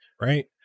right